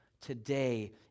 today